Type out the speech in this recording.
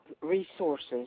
resources